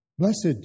Blessed